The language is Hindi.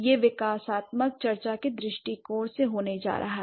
यह विकासात्मक चर्चा के दृष्टिकोण से होने जा रहा है